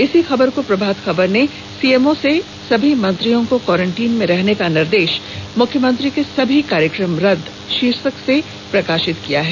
इसी खबर को प्रभात खबर ने सीएमओ से सभी मंत्रियों को क्वारेंटाइन में रहने का निर्देश मुख्यमंत्री के सभी कार्यक्रम रदद शीर्षक से प्रकाशित किया है